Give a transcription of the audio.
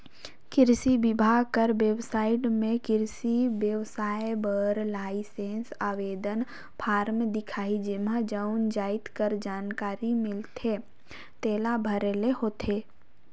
किरसी बिभाग कर बेबसाइट में किरसी बेवसाय बर लाइसेंस आवेदन फारम दिखही जेम्हां जउन जाएत कर जानकारी मांगथे तेला भरे ले होथे